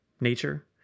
nature